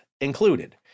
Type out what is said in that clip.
included